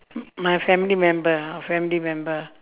m~ my family member our family member